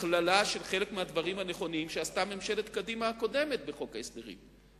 הכללה של חלק מהדברים הנכונים שעשתה ממשלת קדימה הקודמת בחוק ההסדרים,